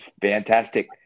fantastic